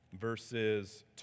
verses